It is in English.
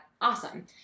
awesome